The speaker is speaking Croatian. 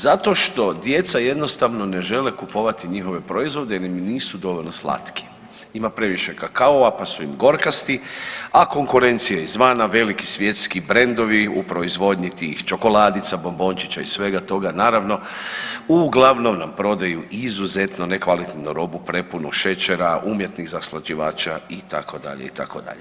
Zato što djeca jednostavno ne žele kupovati njihove proizvode jer im nisu dovoljno slatki, ima previše kakaa pa su im gorkasti, a konkurencija izvana veliki svjetski brendovi u proizvodnji tih čokoladica, bombončića i svega toga naravno uglavnom nam prodaju izuzetno nekvalitetnu robu prepunu šećera, umjetnih zaslađivača itd. itd.